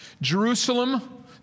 Jerusalem